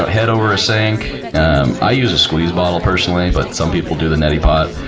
head over a sink i use a squeeze bottle personally, but some people do the neti pot